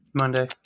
Monday